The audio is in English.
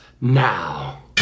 now